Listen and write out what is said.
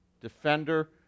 defender